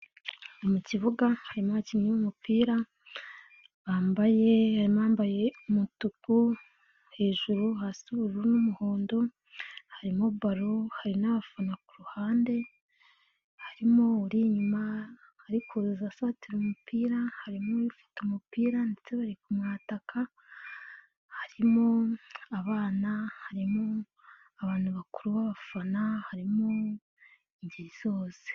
Mu kibuga harimo abakinnyi b'umupira bambaye umutuku hejuru hasi ubururu n'umuhondo, harimo baro, hari n'abafana ku ruhande, harimo uri inyuma ariko asatira umupira, harimo ufite umupira ndetse bari kumwataka, harimo abana, harimo abantu bakuru babafana, harimo ingeri zose.